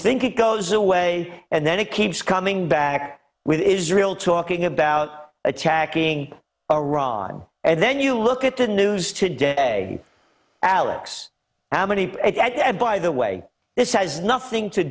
think it goes away and then it keeps coming back with israel talking about attacking iran and then you look at the news today alex how many and by the way this has nothing to